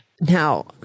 Now